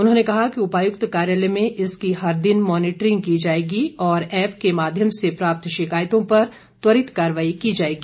उन्होंने कहा कि उपायुक्त कार्यालय में इसकी हर दिन मॉनिटरिंग की जाएगी और ऐप्प के माध्यम से प्राप्त शिकायतों पर त्वरित कार्रवाई की जाएगी